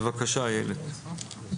בבקשה, איילת.